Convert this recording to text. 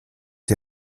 die